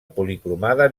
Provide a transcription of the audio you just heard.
policromada